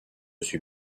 suis